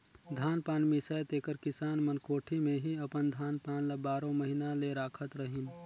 धान पान मिसाए तेकर किसान मन कोठी मे ही अपन धान पान ल बारो महिना ले राखत रहिन